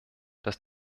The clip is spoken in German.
dass